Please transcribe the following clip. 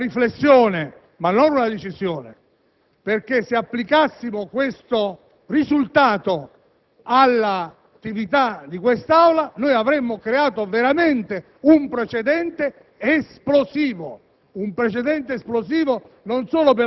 rappresenti una riflessione e non una decisione, perché, se applicassimo tale risultato all'attività di quest'Aula, avremmo creato un precedente esplosivo,